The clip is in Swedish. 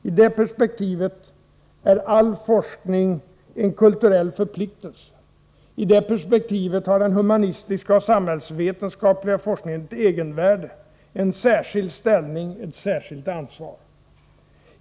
I det perspektivet är all forskning en kulturell förpliktelse. I det perspektivet har den humanistiska och samhällsvetenskapliga forskningen ett egenvärde, en särskild ställning och ett särskilt ansvar.